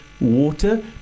water